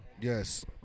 Yes